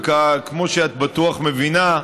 וכמו שאת בטוח מבינה,